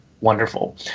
wonderful